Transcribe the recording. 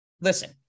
listen